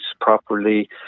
properly